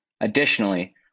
Additionally